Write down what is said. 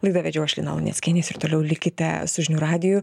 laidą vedžiau aš lina luneckienė jūs ir toliau likite su žinių radiju